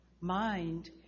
mind